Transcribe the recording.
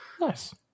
nice